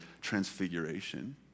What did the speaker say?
transfiguration